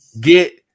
get